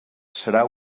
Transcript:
serà